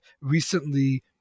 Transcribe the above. recently